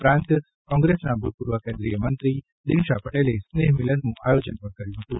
ઉપરાંત કોંગ્રેસના ભૂતપૂર્વ કેન્દ્રીય મંત્રી દિનશા પટેલે સ્નેહમિલનનું આયોજન પણ કર્યું હતું